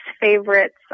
favorites